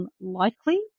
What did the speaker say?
unlikely